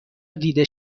دیده